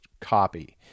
copy